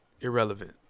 irrelevant